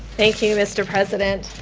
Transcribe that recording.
thank you, mr. president.